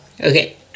Okay